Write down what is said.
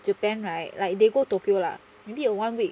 japan right like they go tokyo lah maybe a one week